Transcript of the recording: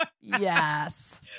Yes